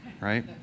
right